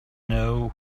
know